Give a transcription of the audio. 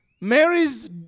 Mary's